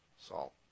salt